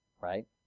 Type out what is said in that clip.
right